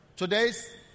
Today's